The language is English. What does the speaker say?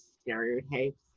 stereotypes